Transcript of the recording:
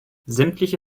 sämtliche